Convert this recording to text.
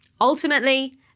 Ultimately